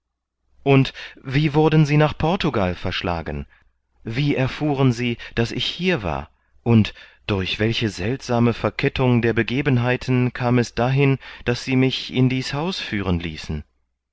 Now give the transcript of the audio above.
und wie wurden sie nach portugal verschlagen wie erfuhren sie daß ich hier war und durch welche seltsame verkettung der begebenheiten kam es dahin daß sie mich in dies haus führen ließen